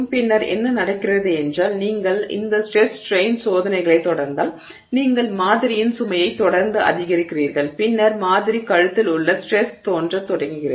பின்னர் என்ன நடக்கிறது என்றால் நீங்கள் இந்த ஸ்ட்ரெஸ் ஸ்ட்ரெய்ன் சோதனையைத் தொடர்ந்தால் நீங்கள் மாதிரியின் சுமையை தொடர்ந்து அதிகரிக்கிறீர்கள் பின்னர் மாதிரி கழுத்தில் உள்ள ஸ்ட்ரெஸ் தோன்றத் தொடங்குகிறது